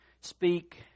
Speak